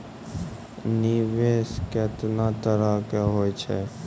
निवेश केतना तरह के होय छै?